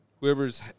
whoever's